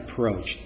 approached